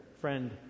friend